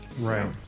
Right